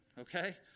okay